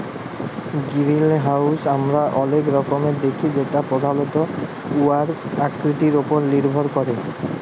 greenhouse আমরা অলেক রকমের দ্যাখি যেট পধালত উয়ার আকৃতির উপর লির্ভর ক্যরে